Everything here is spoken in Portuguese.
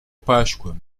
páscoa